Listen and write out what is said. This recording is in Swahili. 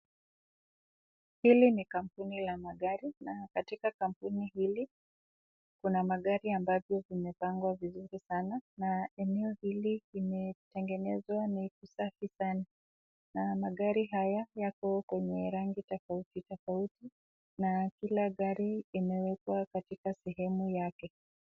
Hili ni kampuni la magari na katika kampuni hili kuna magari ambavyo vimepangwa vizuri sana na eneo hili limetengenezwa ni kusafi sana na magari haya yako kwenye rangi tofauti tofauti na kila gari inawekewa katika sehemu yake.